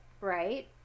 right